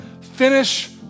finish